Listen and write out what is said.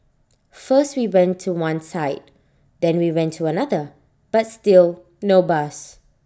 first we went to one side then we went to another but still no bus